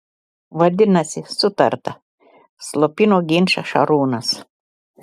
vadinasi sutarta slopino ginčą šarūnas